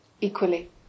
Equally